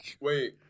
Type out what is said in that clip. wait